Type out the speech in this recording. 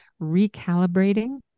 recalibrating